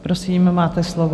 Prosím, máte slovo.